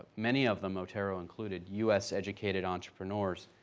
many of them, otero included, u s. educated entrepreneurs,